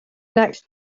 next